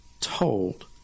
told